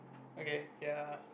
okay ya